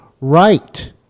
right